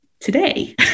today